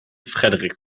frederik